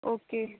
okay